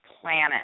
planet